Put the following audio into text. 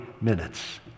minutes